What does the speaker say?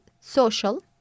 social